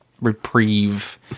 reprieve